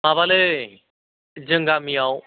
माबालै जों गामियाव